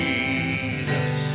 Jesus